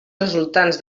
resultants